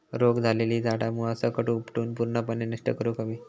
रोग झालेली झाडा मुळासकट उपटून पूर्णपणे नष्ट करुक हवी